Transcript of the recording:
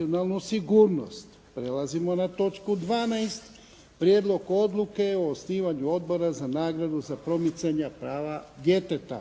nacionalnu sigurnost. Prelazimo na točku 12. - Prijedlog odluke o osnivanju odbora za nagradu za promicanje prava djeteta.